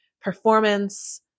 performance